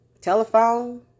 telephone